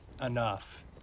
enough